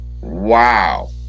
Wow